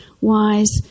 wise